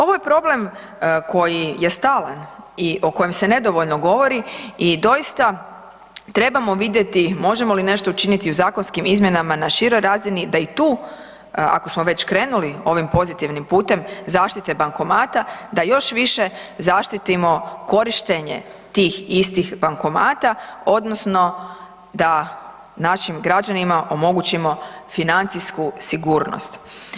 Ovo je problem koji je stalan i o kojem se nedovoljno govori i doista trebamo vidjeti možemo li nešto učiniti u zakonskim izmjenama na široj razini da i tu, ako smo već krenuli ovim pozitivnim putem zaštite bankomata, da još više zaštitimo korištenje tih istih bankomata, odnosno da našim građanima omogućimo financijsku sigurnost.